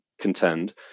contend